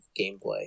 gameplay